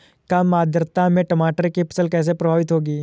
कम आर्द्रता में टमाटर की फसल कैसे प्रभावित होगी?